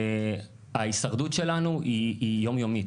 ההישרדות שלנו היא יום-יומית.